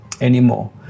anymore